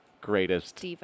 greatest